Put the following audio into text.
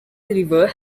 river